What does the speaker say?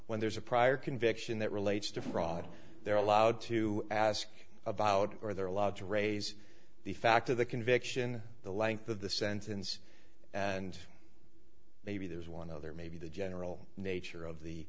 when there's a prior conviction that relates to fraud they're allowed to ask about or they're allowed to raise the fact of the conviction the length of the sentence and maybe there's one other maybe the general nature of the